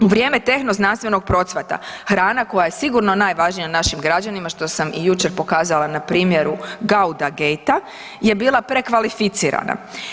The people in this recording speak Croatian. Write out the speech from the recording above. U vrijeme tehno-znanstvenog procvata, hrana koja je sigurno najvažnija našim građanima što sam i jučer pokazala na primjeru „gauda gatea“ je bila prekvalificirana.